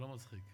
לא מצחיק.